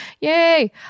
Yay